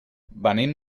venim